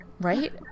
right